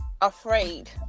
afraid